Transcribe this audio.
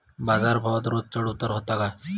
बाजार भावात रोज चढउतार व्हता काय?